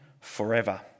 forever